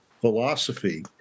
philosophy